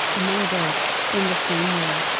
may break, in the same way.